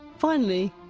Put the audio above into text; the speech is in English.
finally,